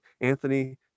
Anthony